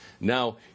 Now